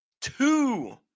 Two